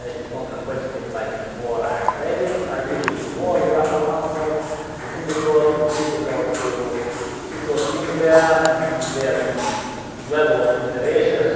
it's not competitive like in quora and reddit. i usually ignore yahoo! answers because it's difficult to insert link there, and their um level of moderation.